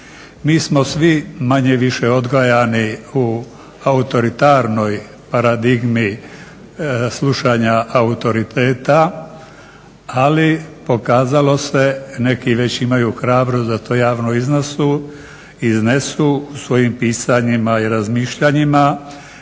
Mi smo svi manje-više odgajani u autoritarnoj paradigmi slušanja autoriteta, ali pokazalo se neki već imaju hrabrost da to javno iznesu u svojim pisanjima i razmišljanjima,